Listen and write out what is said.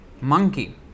monkey